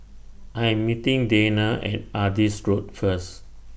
I Am meeting Dana At Adis Road First